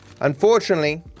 Unfortunately